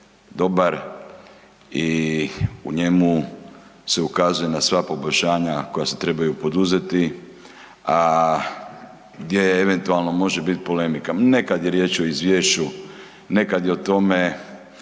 dobar i u njemu se ukazuje na sva poboljšanja koje se trebaju poduzeti a gdje eventualno može biti polemika, ne kad je riječ o izvješću, ne kad je o tome